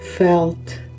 Felt